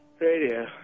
Radio